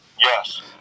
Yes